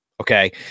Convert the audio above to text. Okay